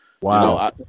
Wow